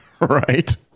right